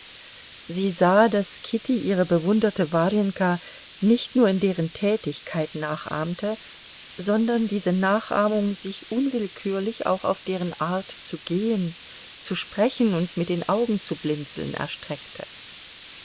sie sah daß kitty ihre bewunderte warjenka nicht nur in deren tätigkeit nachahmte sondern diese nachahmung sich unwillkürlich auch auf deren art zu gehen zu sprechen und mit den augen zu blinzeln erstreckte